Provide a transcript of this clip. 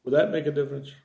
will that make a difference